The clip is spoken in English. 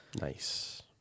Nice